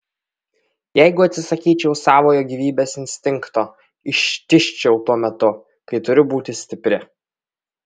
jeigu atsisakyčiau savojo gyvybės instinkto ištižčiau tuo metu kai turiu būti stipri